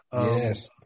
Yes